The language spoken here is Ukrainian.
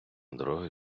дороги